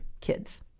kids